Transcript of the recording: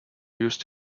used